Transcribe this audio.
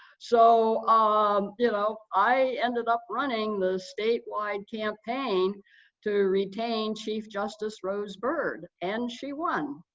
so um you know i ended up running the statewide campaign to retain chief justice rose bird, and she won.